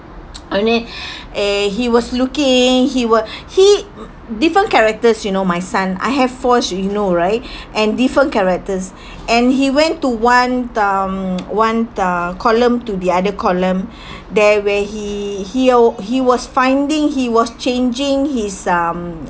and he eh he was looking he was he different characters you know my son I have four you know right and different characters and he went to one um one uh column to the other column there where he he'll he was finding he was changing his um